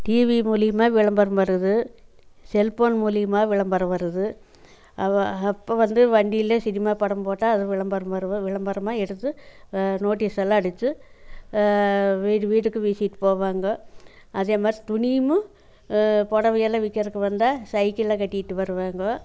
TV மூலிமா விளம்பரம் வருது செல்போன் மூலிமா விளம்பரம் வருது அவா அப்போ வந்து வண்டியில் சினிமா படம் போட்டால் அது விளம்பரம் வரும் விளம்பரமாக எடுத்து நோட்டிஸ் எல்லாம் அடிச்சு வீடு வீட்டுக்கு வீசிட்டு போவாங்க அதே மாதிரி துணியும் புடவை எல்லாம் விற்கறக்கு வந்தால் சைக்கிளில் கட்டிட்டு வருவாங்க